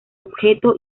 objeto